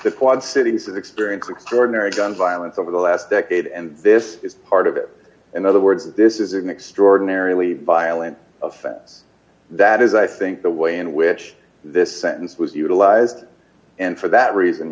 the quad cities experience extraordinary gun violence over the last decade and this is part of it in other words this d is an extraordinarily violent offense that is i think the way in which this sentence was utilized and for that reason